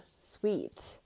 sweet